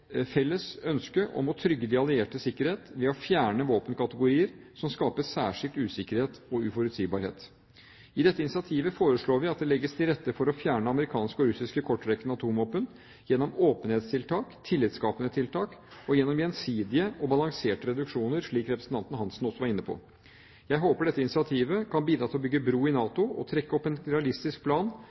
felles ønske om å trygge de alliertes sikkerhet ved å fjerne våpenkategorier som skaper særskilt usikkerhet og utforutsigbarhet. I dette initiativet foreslår vi at det legges til rette for å fjerne amerikanske og russiske kortrekkende atomvåpen gjennom åpenhetstiltak, tillitskapende tiltak og gjennom gjensidige og balanserte reduksjoner, slik representanten Hansen også var inne på. Jeg håper dette initiativet kan bidra til å bygge bro i NATO og til å trekke opp en realistisk plan